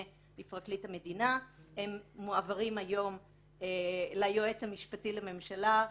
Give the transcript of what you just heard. לפרקליט המדינה ומועברים ליועץ המשפטי לממשלה.